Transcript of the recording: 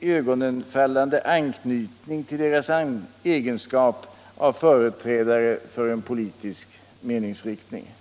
iögonfallande anknytning till deras egenskap av företrädare för en politisk meningsriktning.